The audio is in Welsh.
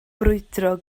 brwydro